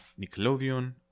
Nickelodeon